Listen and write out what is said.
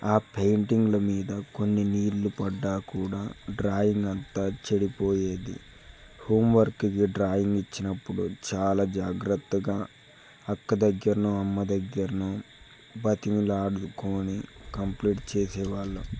ఆ పెయింటింగ్ల మీద కొన్ని నీళ్ళు పడ్డా కూడా డ్రాయింగ్ అంత చెడిపోయేది హోమ్ వర్క్కి డ్రాయింగ్ ఇచ్చినప్పుడు చాలా జాగ్రత్తగా అక్క దగ్గర అమ్మ దగ్గర బతిమలాడి కంప్లీట్ చేసే వాళ్ళం